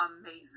amazing